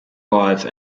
live